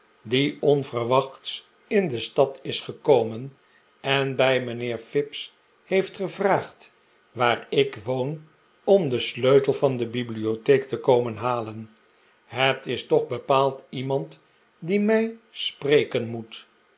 die onverwachts in de stad is gekomen en bij mijnheer fips heeft gevraagd waar ik woon om den sleutel van de bibliotheek te komen halen het is toch bepaald iemand die mij spreken moet